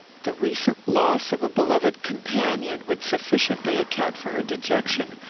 the recent loss of a beloved companion would sufficiently account for her dejection,